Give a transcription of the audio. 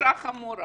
ענישה חמורה